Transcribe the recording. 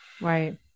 right